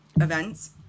events